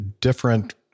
different